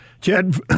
Chad